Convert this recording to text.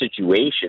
situation